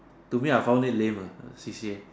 to me I found it lame lah C_C_A